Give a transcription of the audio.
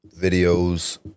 videos